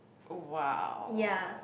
oh !wow!